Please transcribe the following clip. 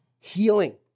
healing